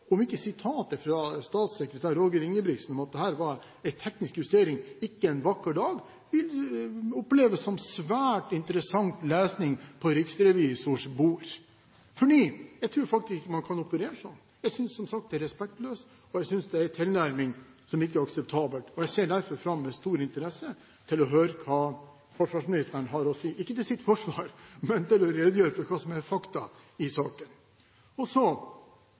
om ikke uttalelsen fra statssekretær Roger Ingebrigtsen om at dette var en teknisk justering, en vakker dag vil oppleves som svært interessant lesing på riksrevisors bord. Jeg tror faktisk ikke man kan operere sånn. Jeg synes som sagt det er respektløst, og jeg synes det er en tilnærming som ikke er akseptabel. Jeg ser derfor med stor interesse fram til å høre hva forsvarsministeren har å si, ikke til sitt forsvar, men for å redegjøre for det som er fakta i saken. Så